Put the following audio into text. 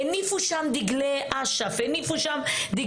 הניפו שם דגלי אש"ף וחמאס,